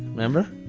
remember?